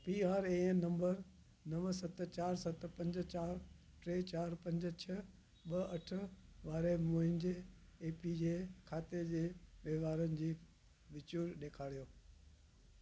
P R A N number नव सत चारि सत पंज चारि टे चारि पंज छह ॿ अठ वारे मुंहिंजे ए पी जे खाते जे वहिंवारनि जी विचूर ॾेखारियो